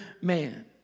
man